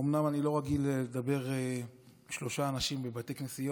אומנם אני לא רגיל לדבר לשלושה אנשים, בבתי כנסיות